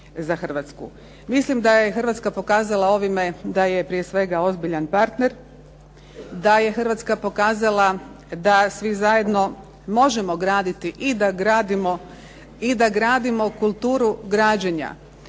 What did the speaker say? Mislim da je Hrvatska pokazala ovime da je prije svega ozbiljan partner, da je Hrvatska pokazala da svi zajedno možemo graditi i da gradimo kulturu građenja